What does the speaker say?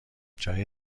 جای